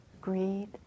greed